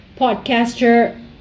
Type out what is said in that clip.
podcaster